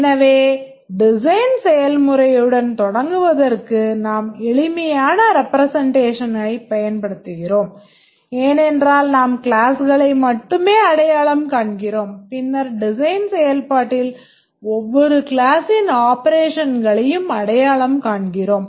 எனவே டிசைன் செயல்முறையுடன் தொடங்குவதற்கு நாம் எளிமையான ரெப்ரெசென்ட்டேஷனைப் பயன்படுத்துகிறோம் ஏனென்றால் நாம் கிளாஸ்களை மட்டுமே அடையாளம் காண்கிறோம் பின்னர் டிசைன் செயல்பாட்டில் ஒவ்வொரு class ன் ஆப்பரேஷன்ஸை அடையாளம் காண்கிறோம்